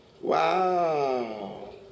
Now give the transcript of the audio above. Wow